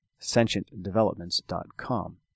sentientdevelopments.com